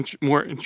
more